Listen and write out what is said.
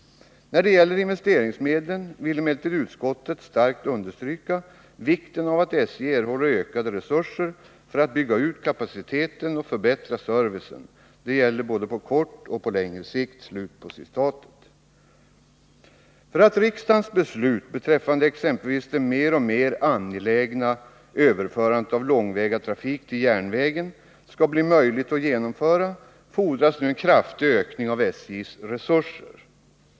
När det gäller investeringsmedlen vill emellertid utskottet starkt understryka vikten av att SJ erhåller ökade resurser för att bygga ut kapaciteten och förbättra servicen. Det gäller både på kort och på längre sikt”. För att riksdagens beslut beträffande exempelvis det mer och mer angelägna överförandet av långväga trafik till järnvägen skall bli möjligt att genomföra, fordras en kraftig ökning av SJ:s resurser.